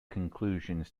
conclusions